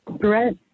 Correct